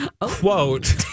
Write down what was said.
Quote